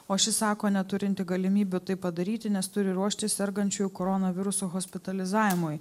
o ši sako neturinti galimybių tai padaryti nes turi ruoštis sergančiųjų koronavirusu hospitalizavimui